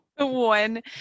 one